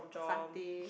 satay